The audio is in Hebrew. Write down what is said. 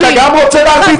אתה גם רוצה להרביץ לי?